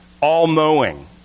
all-knowing